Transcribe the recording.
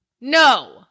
No